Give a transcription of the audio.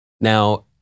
Now